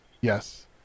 Yes